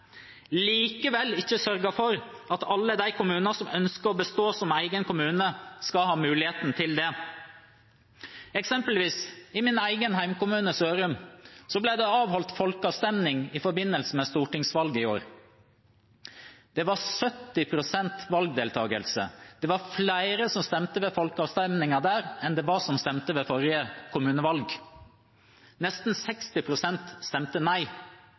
likevel ikke sørger for at alle de kommunene som ønsker å bestå som egen kommune, skal ha muligheten til det. For eksempel: I min egen hjemkommune, Sørum, ble det avholdt folkeavstemming i forbindelse med stortingsvalget i år. Det var 70 pst. valgdeltagelse. Det var flere som stemte ved folkeavstemmingen der, enn det var som stemte ved forrige kommunevalg. Nesten 60 pst. stemte nei,